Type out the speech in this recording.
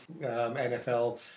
NFL